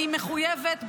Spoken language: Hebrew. אני מחויבת,